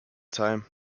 time